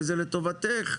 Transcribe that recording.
וזה לטובתך.